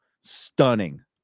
stunning